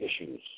issues